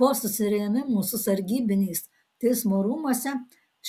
po susirėmimų su sargybiniais teismo rūmuose